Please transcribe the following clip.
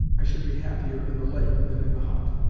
i should be happier in the lake than in the hut.